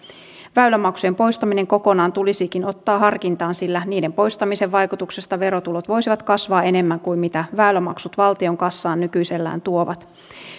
väylämaksujen poistaminen kokonaan tulisikin ottaa harkintaan sillä niiden poistamisen vaikutuksesta verotulot voisivat kasvaa enemmän kuin mitä väylämaksut valtion kassaan nykyisellään tuovat